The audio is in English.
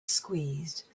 squeezed